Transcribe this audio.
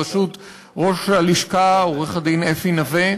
בראשות ראש הלשכה עורך-הדין אפי נוה.